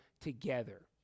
together